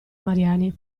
mariani